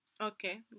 Okay